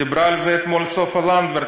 דיברה על זה אתמול סופה לנדבר,